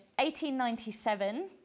1897